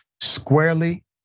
squarely